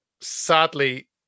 Sadly